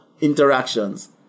interactions